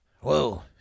Whoa